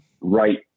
right